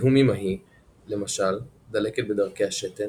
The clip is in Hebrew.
זיהום אימהי למשל, דלקת בדרכי השתן,